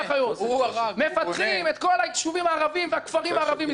מפתחים את כל הישובים והכפרים הערבים מסביב,